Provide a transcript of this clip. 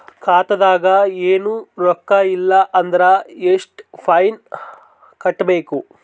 ಖಾತಾದಾಗ ಏನು ರೊಕ್ಕ ಇಲ್ಲ ಅಂದರ ಎಷ್ಟ ಫೈನ್ ಕಟ್ಟಬೇಕು?